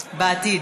בעתיד,